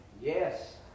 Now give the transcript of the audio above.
Yes